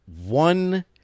one